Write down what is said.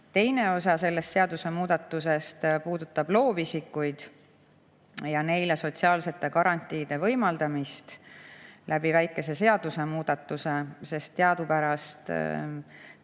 Teine osa seadusemuudatusest puudutab loovisikuid ja neile sotsiaalsete garantiide võimaldamist väikese seadusemuudatusega. Teadupärast tõusevad